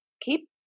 keep